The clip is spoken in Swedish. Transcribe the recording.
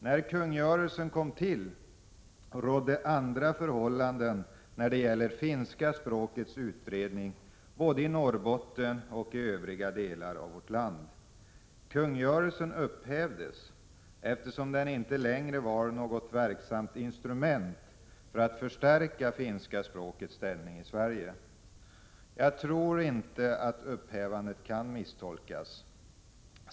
När kungörelsen kom till rådde andra förhållanden då det gäller finska språkets utbredning både i Norrbotten och i övriga delar av landet. Kungörelsen upphävdes, eftersom den inte längre var något verksamt instrument för att förstärka finska språkets ställning i Sverige. Jag tror inte att upphävandet kan misstolkas.